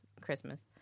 Christmas